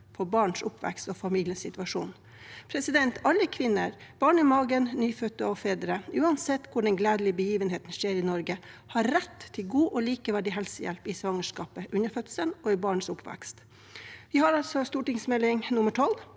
for barnets oppvekst og familiens situasjon. Alle kvinner, barn i magen, nyfødte og fedre – uansett hvor i Norge den gledelige begivenheten skjer – har rett til god og likeverdig helsehjelp i svangerskapet, under fødselen og i barnets oppvekst. Vi har altså St.meld. nr. 12.